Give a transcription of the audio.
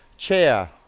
chair